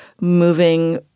moving